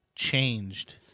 Changed